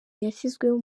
yashyizweho